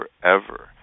forever